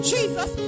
Jesus